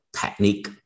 technique